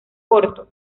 corto